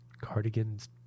cardigans